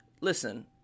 Listen